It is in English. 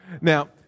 Now